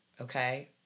okay